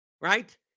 right